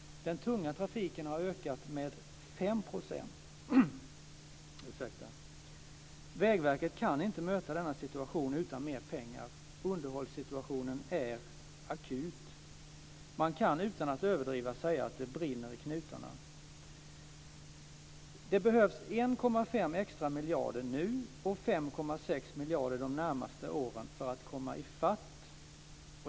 Den tunga trafiken har ökat med 5 %. Vägverket kan inte möta denna situation utan mer pengar. Underhållssituationen är akut. Man kan, utan att överdriva, säga att det brinner i knutarna. Det behövs 1,5 extra miljarder nu och 5-6 miljarder de närmaste åren för att komma i fatt.